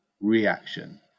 reaction